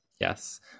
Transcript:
Yes